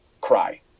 cry